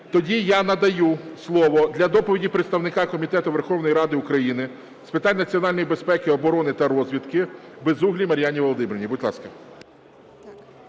тоді я надаю слово для доповіді представнику Комітету Верховної Ради України з питань національної безпеки, оборони та розвідки Безуглій Мар'яні Володимирівні, будь ласка.